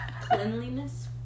Cleanliness